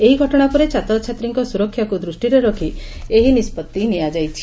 ଏହି ଘଟଣା ପରେ ଛାତ୍ରଛାତ୍ରୀଙ୍କ ସୁରକ୍ଷାକୁ ଦୃଷିରେ ରଖି ଏହି ନିଷ୍ବଭି ନିଆଯାଇଛି